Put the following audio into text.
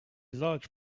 large